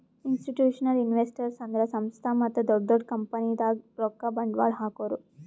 institutional investors ಅಂದ್ರ ಸಂಸ್ಥಾ ಮತ್ತ್ ದೊಡ್ಡ್ ದೊಡ್ಡ್ ಕಂಪನಿದಾಗ್ ರೊಕ್ಕ ಬಂಡ್ವಾಳ್ ಹಾಕೋರು